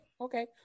okay